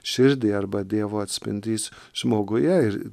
širdį arba dievo atspindys žmoguje ir